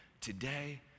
today